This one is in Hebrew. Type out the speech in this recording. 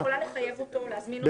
היא יכולה לחייב אותו ולהזמין אותו